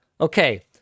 Okay